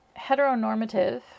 heteronormative